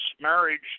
marriage